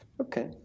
Okay